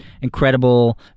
incredible